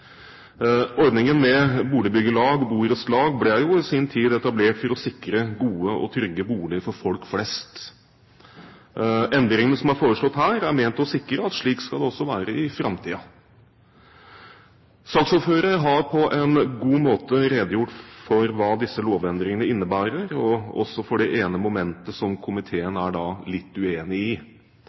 Ordningen med boligbyggelag og borettslag ble i sin tid etablert for å sikre gode og trygge boliger for folk flest. Endringene som er foreslått her, er ment å sikre at slik skal det også være i framtiden. Saksordføreren har på en god måte redegjort for hva disse lovendringene innebærer, og også for det ene momentet som komiteen er litt uenig